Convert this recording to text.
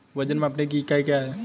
वजन मापने की इकाई क्या है?